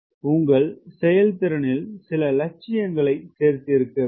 எனவே உங்கள் செயல்திறனில் சில லட்சியங்களைச் சேர்க்க வேண்டும்